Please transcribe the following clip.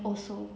also